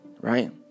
right